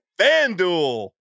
FanDuel